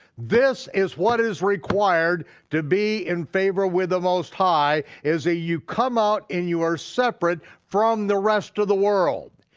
this is what is required to be in favor with the most high is that ah you come out and you are separate from the rest of the world.